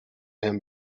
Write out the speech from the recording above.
him